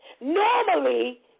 Normally